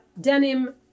denim